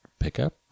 pickup